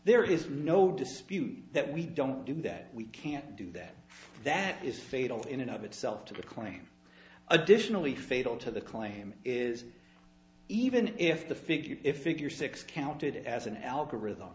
there is no dispute that we don't do that we can't do that that is fatal in and of itself to the claim additionally fatal to the claim is even if the figure if figure six counted as an algorithm